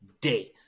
day